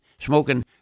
smoking